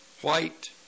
white